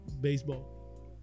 baseball